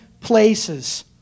places